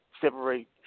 separate